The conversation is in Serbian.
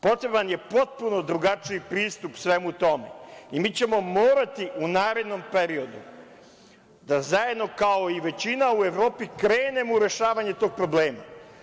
Potreban je potpuno drugačiji pristup svemu tome i mi ćemo morati u narednom periodu da zajedno, kao i većina u Evropi, krenemo u rešavanje tog problema.